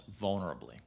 vulnerably